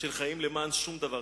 של חיים למען שום דבר.